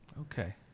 Okay